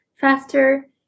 faster